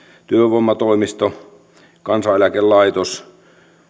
työvoimatoimisto kansaneläkelaitos